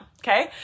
Okay